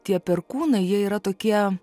tie perkūnai jie yra tokie